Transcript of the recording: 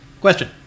question